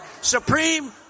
Supreme